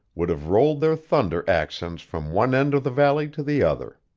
would have rolled their thunder accents from one end of the valley to the other.